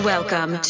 Welcome